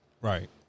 Right